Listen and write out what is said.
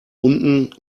unten